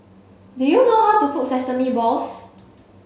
do you know how to cook sesame balls